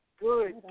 Good